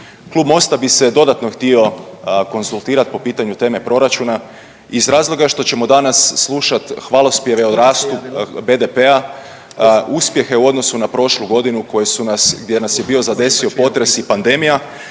Klub MOST-a bi se dodatno htio konzultirati po pitanju teme proračuna iz razloga što ćemo danas slušat hvalospjeve o rastu BDP-a, uspjehe u odnosu na prošlu godinu koje su nas, gdje nas je bio zadesio potres i pandemija,